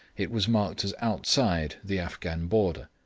it was marked as outside the afghan border.